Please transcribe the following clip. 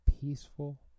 peaceful